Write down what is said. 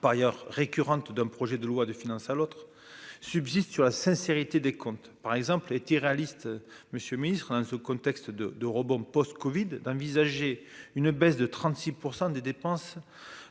par ailleurs récurrente d'un projet de loi de finances à l'autre subsistent sur la sincérité des comptes par exemple est irréaliste, monsieur ministre hein, ce contexte de de rebond post-Covid d'envisager une baisse de 36 % des dépenses